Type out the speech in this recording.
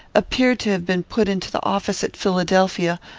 appeared to have been put into the office at philadelphia,